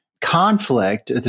conflict